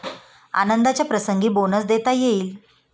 आनंदाच्या प्रसंगी बोनस देता येईल